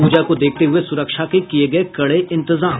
पूजा को देखते हुये सुरक्षा के किये गये कड़े इंतजाम